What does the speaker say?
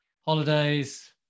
holidays